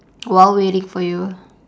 while waiting for you